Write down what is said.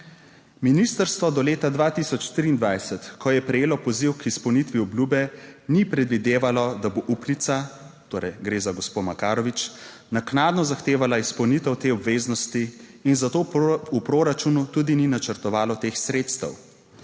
"Ministrstvo do leta 2023, ko je prejelo poziv k izpolnitvi obljube, ni predvidevalo, da bo upnica - torej gre za gospo Makarovič -, naknadno zahtevala izpolnitev te obveznosti in za to v proračunu tudi ni načrtovalo teh sredstev.